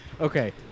Okay